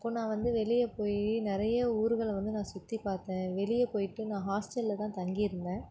இப்போது நான் வந்து வெளியே போய் நிறைய ஊர்களை வந்து நான் சுற்றிப் பார்த்தேன் வெளியே போயிட்டு நான் ஹாஸ்டலில்தான் தங்கியிருந்தேன்